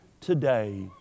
today